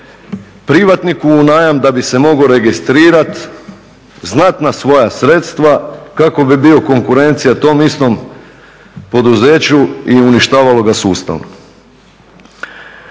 privatniku u najam da bi se mogao registrirati znatna svoja sredstva kako bi bio konkurencija tom istom poduzeću i uništavalo ga sustavno.